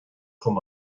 chomh